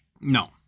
No